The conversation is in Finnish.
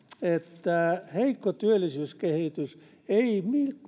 että heikko työllisyyskehitys ei